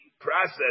process